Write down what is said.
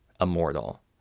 immortal